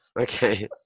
Okay